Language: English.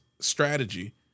strategy